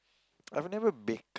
I've never baked